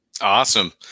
Awesome